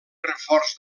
reforç